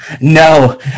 No